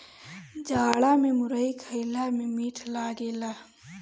जाड़ा में मुरई खईला में मीठ लागेला